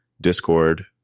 Discord